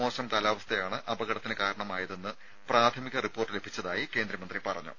മോശം കാലാവസ്ഥയാണ് അപകടത്തിന് കാരണമായതെന്ന് പ്രാഥമിക റിപ്പോർട്ട് ലഭിച്ചതായി കേന്ദ്രമന്ത്രി പറഞ്ഞു